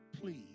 Please